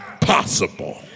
possible